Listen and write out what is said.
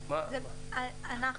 אנחנו